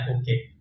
okay